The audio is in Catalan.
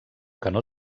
canó